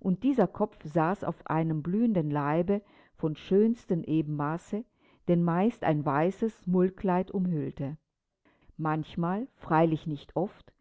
und dieser kopf saß auf einem blühenden leibe vom schönsten ebenmaße den meist ein weißes mullkleid umhüllte manchmal freilich nicht oft